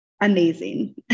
amazing